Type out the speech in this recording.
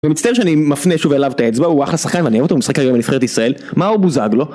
ומצטער שאני מפנה שוב אליו את האצבע, הוא אחלה שכן ואני אוהב אותו, הוא משחק היום עם נבחרת ישראל, מה הוא בוזגלו?